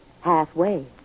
halfway